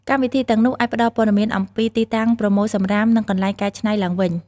កម្មវិធីទាំងនោះអាចផ្តល់ព័ត៌មានអំពីទីតាំងប្រមូលសំរាម និងកន្លែងកែច្នៃឡើងវិញ។